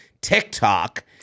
TikTok